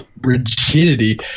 rigidity